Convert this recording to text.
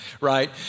right